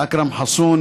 אכרם חסון,